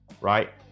right